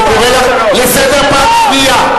אני קורא אותך לסדר פעם שנייה.